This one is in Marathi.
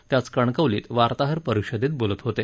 ते आज कणकवलीत वार्ताहर परिषदेत बोलत होते